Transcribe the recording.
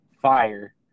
fire